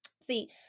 See